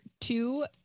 two